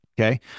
Okay